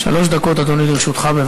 שלוש דקות, אדוני, לרשותך.